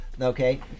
Okay